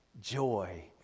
joy